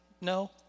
No